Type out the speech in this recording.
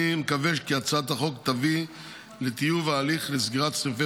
אני מקווה כי הצעת החוק תביא לטיוב ההליך לסגירת סניפי